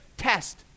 Test